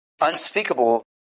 unspeakable